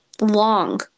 long